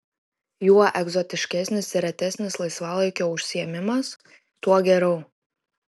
juo egzotiškesnis ir retesnis laisvalaikio užsiėmimas tuo geriau